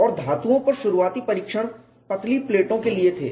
और धातुओं पर शुरुआती परीक्षण पतली प्लेटों के लिए थे